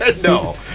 no